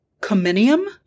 Cominium